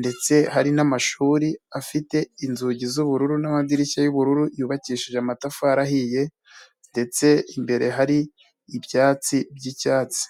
ndetse hari n'amashuri afite inzugi z'ubururu n'amadirishya y'ubururu yubakishije amatafari ahiye ndetse imbere hari ibyatsi by'icyatsi.